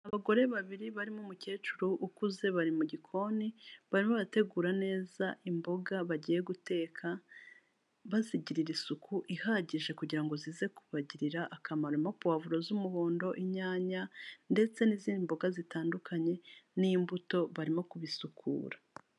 Abagore babiri barimo umukecuru ukuze, bari mu gikoni barimo barategura neza imboga, bagiye guteka bazigirira isuku ihagije kugira ngo zize kubagirira akamaro harimo puwavuro z'umuhondo, inyanya ndetse n'izindi mboga zitandukanye n'imbuto, barimo kubisukura.